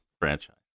franchise